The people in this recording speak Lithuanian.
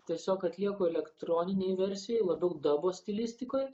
tiesiog atlieku elektroninėj versijoj labiau dabos stilistikoj